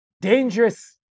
dangerous